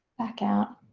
back out.